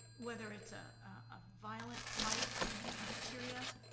whether it's ah a violent fight in a cafeteria,